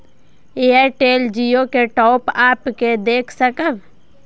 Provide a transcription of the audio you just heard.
Airtel Jio के top up के देख सकब?